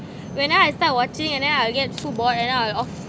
whenever I start watching and then I'll get too bored and then I'll off